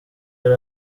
yari